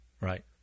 Right